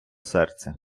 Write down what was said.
серця